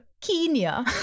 Kenya